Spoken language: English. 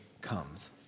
comes